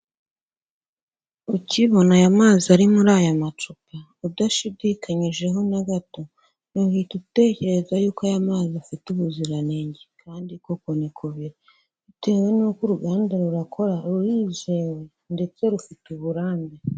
Ukibona aya mazi ari muri aya macupa, udashidikanyijeho na gato, uhita utekereza yuko aya mazi afite ubuziranenge, kandi koko niko biri. Bitewe n'uko uruganda rurakora, rurizewe ndetse rufite uburambe.